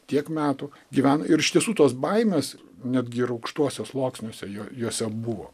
tiek metų gyveno ir iš tiesų tos baimės netgi ir aukštuose sluoksniuose jo juose buvo